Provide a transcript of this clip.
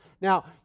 Now